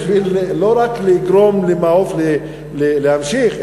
לא רק בשביל לגרום ל"מעוף" להמשיך,